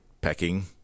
pecking